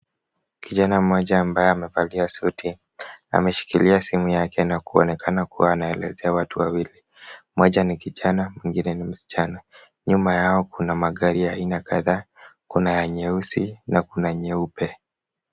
Kijana mmoja ambaye amevalia suti, ameshikilia simu yake na kuonekana kuwa anaelezea watu wawili, mmoja akiwa kijana mwingine ni msichana. Nyuma yao kuna magari ya aina kadhaa, kuna ya nyeusi na kuna nyeupe.